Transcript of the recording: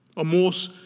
a more